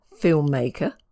filmmaker